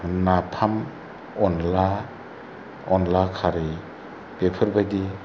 नाफाम अनला अनला खारै बेफोरबायदि